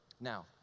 now